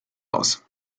aus